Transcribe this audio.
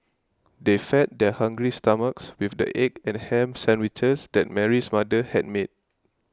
they fed their hungry stomachs with the egg and ham sandwiches that Mary's mother had made